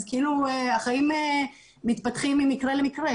אז כאילו החיים מתפתחים ממקרה למקרה.